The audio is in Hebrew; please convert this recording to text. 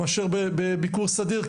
מאשר בביקור סדיר.